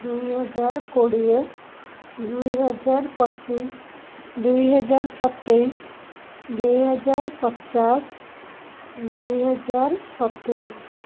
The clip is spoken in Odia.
ଦୁଇହଜାର କୋଡ଼ିଏ ଦୁଇହଜାର ପଚିଶ ଦୁଇ ହଜାର ସତେଇଶ ଦୁଇହଜାର ପଚାଶ ଦୁଇ ହଜାର ସତୁରୀ